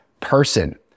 person